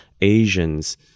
Asians